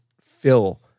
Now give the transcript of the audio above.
fill